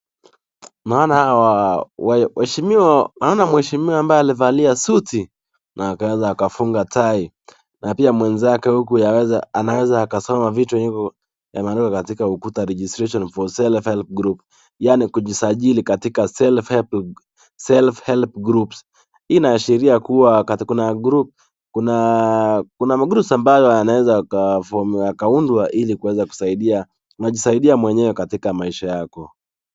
Naona hao waheshimiwa. Naona mheshimiwa amevalia suti na ameweza akafunga tai. Na pia mwenzake huku anaweza ajasona vitu imeandikwa kwa ukuta registration for self help group yani kujisajili katika self help groups hii inaashiria kuwa groups ambazo sinaweza zikaundwa hili ukaweze kujisaidia mwenyewe katika maisha uyako.